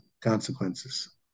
consequences